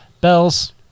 bells